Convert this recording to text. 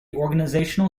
organizational